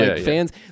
fans